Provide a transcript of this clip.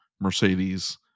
Mercedes